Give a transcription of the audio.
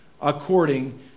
according